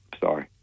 Sorry